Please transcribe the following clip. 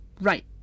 right